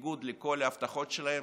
בניגוד לכל ההבטחות שלהם,